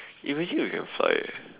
imagine you can fly eh